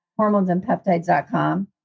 hormonesandpeptides.com